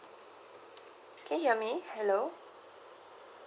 can you hear me hello